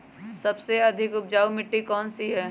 सबसे अधिक उपजाऊ मिट्टी कौन सी हैं?